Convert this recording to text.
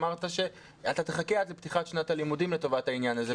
אמרת שאתה תחכה עד לפתיחת שנת הלימודים לטובת העניין הזה.